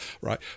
right